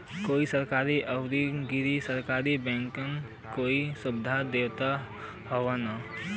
कई सरकरी आउर गैर सरकारी बैंकन कई सुविधा देवत हउवन